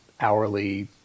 hourly